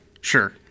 Sure